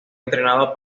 entrenado